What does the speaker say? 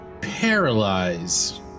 Paralyze